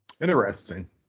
Interesting